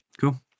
Cool